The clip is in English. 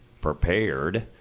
prepared